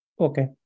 Okay